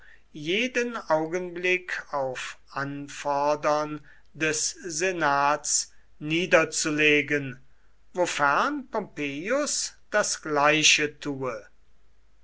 jeden augenblick auf anforderndes senats niederzulegen wofern pompeius das gleiche tue